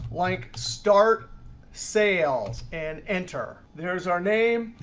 like start sales, and enter. there is our name.